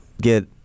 get